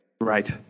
Right